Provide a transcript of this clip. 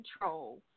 control